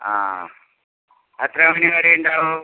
ആ എത്ര മണി വരെ ഉണ്ടാവും